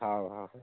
ହଉ ହଉ